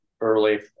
early